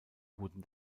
wurden